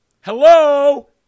Hello